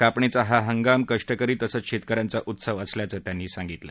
कापणीचा हा हंगाम कष्टकरी तसंच शेतक यांचा उत्सव असल्याचं त्यांनी सांगितलं